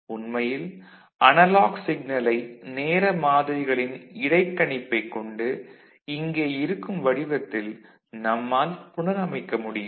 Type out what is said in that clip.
உண்மையில் அனலாக் சிக்னலை நேர மாதிரிகளின் இடைக்கணிப்பைக் கொண்டு இங்கே இருக்கும் வடிவத்தில் நம்மால் புனரமைக்க முடியும்